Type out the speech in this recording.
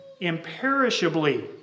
imperishably